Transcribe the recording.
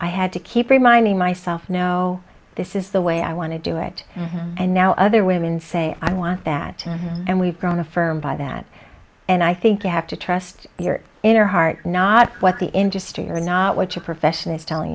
i had to keep reminding myself no this is the way i want to do it and now other women say i want that and we've grown affirmed by that and i think you have to trust your inner heart not what the industry or not what your profession is telling